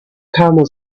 camel